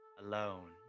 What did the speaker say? alone